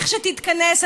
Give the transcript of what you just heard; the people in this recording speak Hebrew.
כשתתכנס,